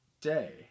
day